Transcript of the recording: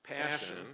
passion